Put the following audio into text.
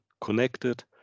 connected